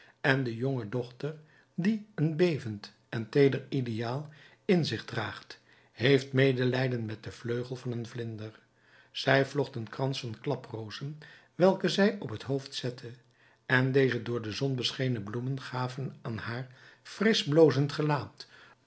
en de jongedochter die een bevend en teeder ideaal in zich draagt heeft medelijden met den vleugel van een vlinder zij vlocht een krans van klaprozen welke zij op het hoofd zette en deze door de zon beschenen bloemen gaven aan haar frisch blozend gelaat